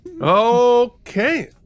Okay